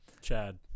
Chad